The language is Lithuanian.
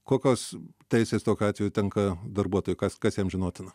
kokios teisės tokiu atveju tenka darbuotojui kas kas jam žinotina